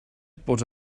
bod